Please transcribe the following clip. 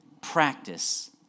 practice